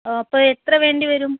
അപ്പോൾ എത്ര വേണ്ടി വരും